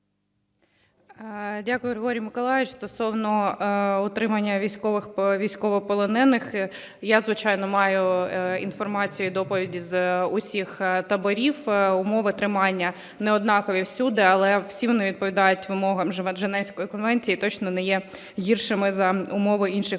Дякую, Григорію Миколайовичу. Стосовно утримання військовополонених, я, звичайно, маю інформацію і доповіді з усіх таборів. Умови тримання не однакові всюди, але всі вони відповідають вимогам Женевської конвенції і точно не є гіршими за умови інших